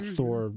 Thor